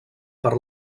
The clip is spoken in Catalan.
per